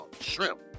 shrimp